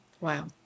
Wow